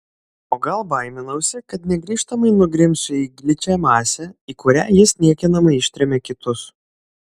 o gal baiminausi kad negrįžtamai nugrimsiu į gličią masę į kurią jis niekinamai ištrėmė kitus